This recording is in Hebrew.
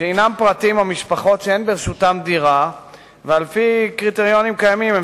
שהם פרטים או משפחות שאין ברשותם דירה ועל-פי קריטריונים קיימים הם